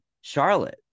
Charlotte